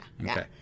Okay